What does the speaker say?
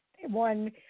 one